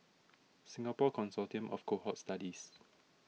Singapore Consortium of Cohort Studies